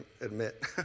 admit